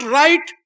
right